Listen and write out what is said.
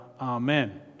Amen